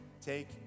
take